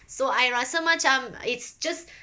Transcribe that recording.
so I rasa macam it's just